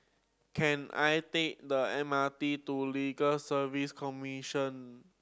can I take the M R T to Legal Service Commission